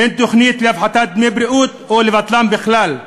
אין תוכנית להפחית את דמי הבריאות או לבטלם בכלל,